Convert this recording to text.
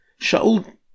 Shaul